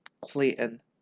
Clayton